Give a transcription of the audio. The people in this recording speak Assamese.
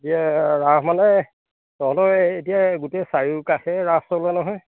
এতিয়া ৰাস মানে তহঁতৰ এতিয়া গোটেই চাৰিওকাষে ৰাস চলোৱা নহয়